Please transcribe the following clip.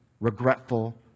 regretful